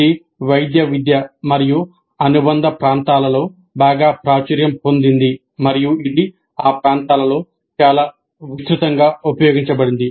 ఇది వైద్య విద్య మరియు అనుబంధ ప్రాంతాలలో బాగా ప్రాచుర్యం పొందింది మరియు ఇది ఆ ప్రాంతాలలో చాలా విస్తృతంగా ఉపయోగించబడింది